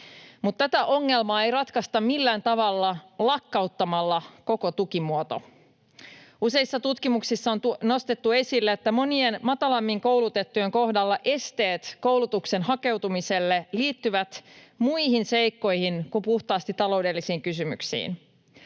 Mutta tätä ongelmaa ei ratkaista millään tavalla lakkauttamalla koko tukimuoto. Useissa tutkimuksissa on nostettu esille, että monien matalammin koulutettujen kohdalla esteet koulutukseen hakeutumiselle liittyvät muihin seikkoihin kuin puhtaasti taloudellisiin kysymyksiin.